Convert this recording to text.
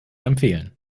empfehlen